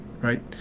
right